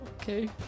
okay